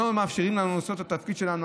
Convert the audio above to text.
לא מאפשרים לנו לעשות את התפקיד שלנו.